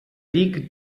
sieg